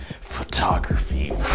Photography